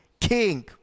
king